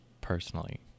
personally